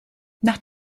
nach